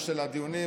כהנא,